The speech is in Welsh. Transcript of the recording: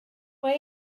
mae